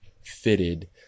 fitted